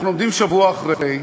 אנחנו עומדים שבוע אחרי,